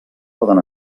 poden